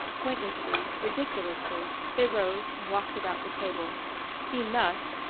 pointlessly, ridiculously, they rose and walked about the table seen thus,